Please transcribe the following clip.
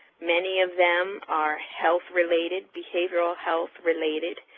many of them are health related, behavioral health related,